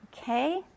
okay